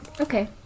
okay